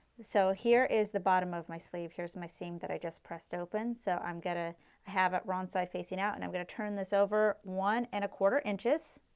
so here is the bottom of my sleeve, here is my seam that i just pressed open. so i am going to have it wrong side facing out and i am going to turn this over one and a quarter inches.